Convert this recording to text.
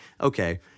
okay